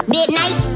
Midnight